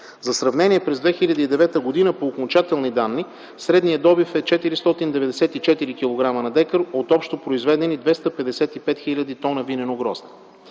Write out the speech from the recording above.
За сравнение през 2009 г. по окончателни данни средният добив е 494 кг на декар от общо произведени 255 000 тона винено грозде.